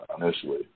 initially